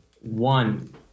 one